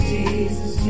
Jesus